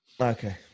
Okay